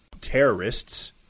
terrorists